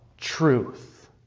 truth